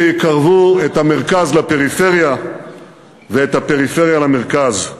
שיקרבו את המרכז לפריפריה ואת הפריפריה למרכז.